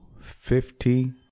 fifty